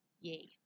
Yay